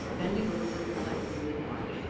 bending over her reflection meanwhile,